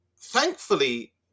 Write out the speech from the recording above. thankfully